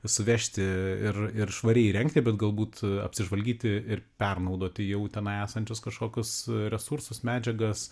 suvežti ir ir švariai įrengti bet galbūt apsižvalgyti ir pernaudoti jau tenai esančius kažkokius resursus medžiagas